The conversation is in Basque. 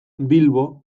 bilbo